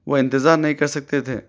وہ انتظار نہیں کر سکتے تھے